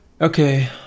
Okay